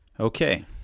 Okay